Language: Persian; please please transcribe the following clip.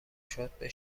شد، به